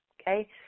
Okay